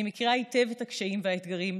אני מכירה היטב את הקשיים והאתגרים,